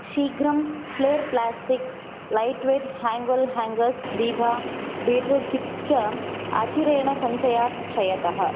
शीघ्रं flair plastics light weight हेङ्ग्वेल् hangers दीभा बीट्रुरुट् चिप्स् च अचिरेण सञ्चयात् क्षयतः